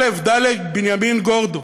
א"ד בנימין גורדון